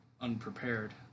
unprepared